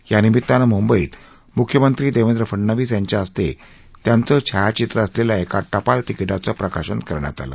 या निमित्तानं मुंबईत मुख्यमंत्री देवेंद्र फडनवीस यांच्या हस्ते त्यांचं छायाचित्र असलेल्या एका टपाल तिकीटाचं प्रकाशन करण्यात आलं